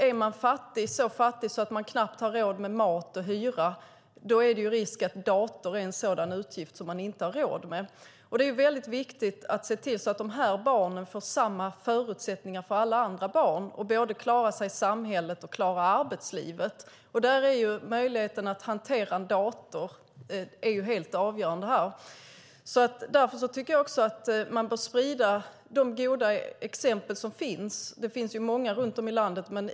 Är man så fattig att man knappt har råd med mat och hyra är det risk att dator är en sådan utgift som man inte har råd med. Det är väldigt viktigt att se till att de här barnen får samma förutsättningar som alla andra barn så att de både klarar sig i samhället och klarar arbetslivet. Där är förmågan att hantera en dator helt avgörande. Jag tycker därför också att man bör sprida de goda exempel som finns; det finns många runt om i landet.